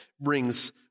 brings